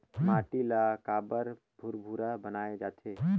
माटी ला काबर भुरभुरा बनाय जाथे?